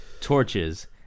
torches